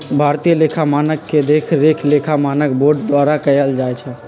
भारतीय लेखा मानक के देखरेख लेखा मानक बोर्ड द्वारा कएल जाइ छइ